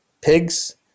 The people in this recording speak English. pigs